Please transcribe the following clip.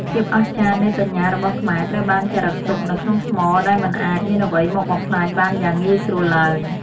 ភាពអស្ចារ្យនៃបញ្ញារបស់ខ្មែរត្រូវបានចារឹកទុកនៅក្នុងថ្មដែលមិនអាចមានអ្វីមកបំផ្លាញបានយ៉ាងងាយស្រួលឡើយ។